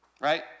right